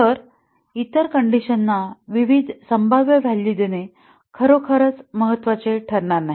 तर इतर कण्डिशनना विविध संभाव्य व्हॅल्यू देणे खरोखर महत्त्वाचे ठरणार नाही